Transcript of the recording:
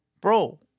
bro